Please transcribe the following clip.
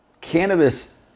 cannabis